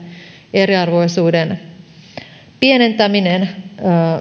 eriarvoisuuden pienentäminen